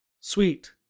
Sweet